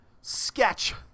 sketch